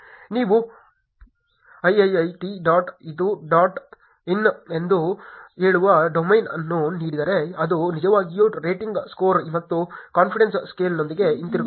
ನೀವು iiit dot edu dot in ಎಂದು ಹೇಳುವ ಡೊಮೇನ್ ಅನ್ನು ನೀಡಿದರೆ ಅದು ನಿಜವಾಗಿಯೂ ರೇಟಿಂಗ್ ಸ್ಕೇಲ್ ಮತ್ತು ಕಾನ್ಫಿಡೆನ್ಸ್ ಸ್ಕೇಲ್ನೊಂದಿಗೆ ಹಿಂತಿರುಗುತ್ತದೆ